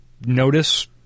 notice